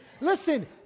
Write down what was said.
Listen